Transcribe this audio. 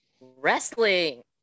wrestling